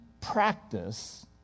practice